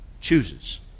chooses